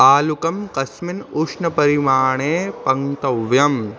आलुकं कस्मिन् उष्णपरिमाणे पक्तव्यम्